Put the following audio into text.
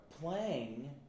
playing